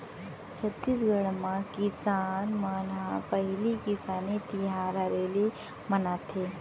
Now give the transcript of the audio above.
छत्तीसगढ़ म किसान मन ह पहिली किसानी तिहार हरेली मनाथे